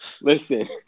listen